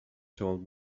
told